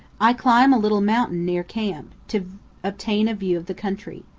i climb a little mountain near camp, to obtain a view of the country.